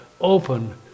open